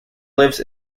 lives